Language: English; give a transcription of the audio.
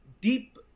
Deep